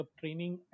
training